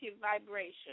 vibration